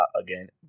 again